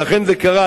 אכן זה קרה.